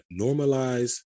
normalize